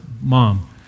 mom